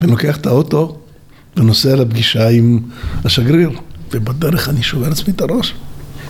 אני לוקח את האוטו, ונוסע לפגישה עם השגריר, ובדרך אני שובר לעצמי את הראש.